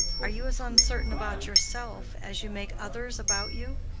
are you as uncertain about yourself as you make others about you?